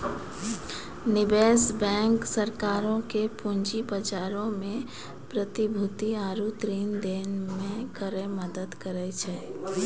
निवेश बैंक सरकारो के पूंजी बजारो मे प्रतिभूति आरु ऋण दै मे करै मदद करै छै